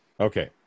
Okay